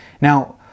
Now